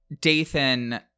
Dathan